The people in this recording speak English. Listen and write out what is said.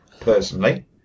personally